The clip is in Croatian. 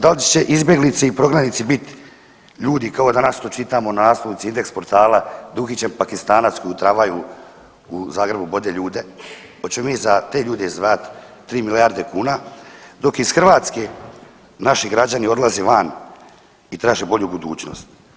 Da li će izbjeglice i prognanici bit ljudi kao danas što čitamo na naslovnici Indeks portala… [[Govornik se ne razumije]] Pakistanac koji u tramvaju u Zagrebu bode ljude, hoćemo mi za te ljude izdvajat 3 milijarde kuna dok iz Hrvatske naši građani odlaze van i traže bolju budućnost?